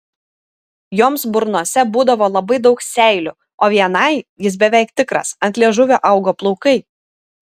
joms burnose būdavo labai daug seilių o vienai jis beveik tikras ant liežuvio augo plaukai